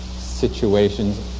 situations